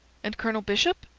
and colonel bishop?